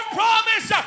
promise